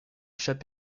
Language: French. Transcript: chat